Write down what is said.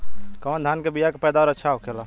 कवन धान के बीया के पैदावार अच्छा होखेला?